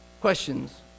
Questions